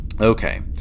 Okay